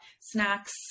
snacks